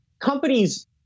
companies